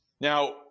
Now